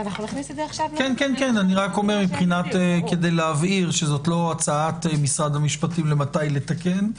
אני רק אומר כדי להבהיר שזו לא הצעת משרד המשפטים למתי לתקן.